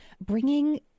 bringing